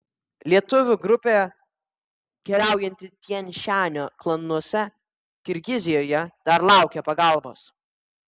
lietuvių grupė keliaujanti tian šanio kalnuose kirgizijoje dar laukia pagalbos